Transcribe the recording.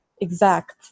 exact